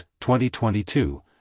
2022